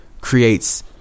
creates